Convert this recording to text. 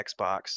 Xbox